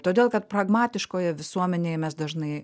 todėl kad pragmatiškoje visuomenėje mes dažnai